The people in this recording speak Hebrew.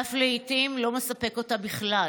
ואף לעיתים לא מספק אותה בכלל.